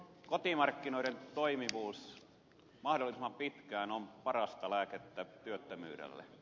kotimarkkinoiden toimivuus mahdollisimman pitkään on parasta lääkettä työttömyydelle